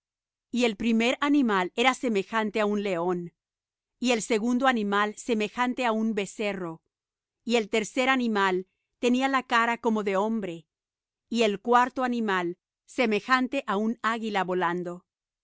y el primer animal era semejante á un león y el segundo animal semejante á un becerro y el tercer animal tenía la cara como de hombre y el cuarto animal semejante á un águila volando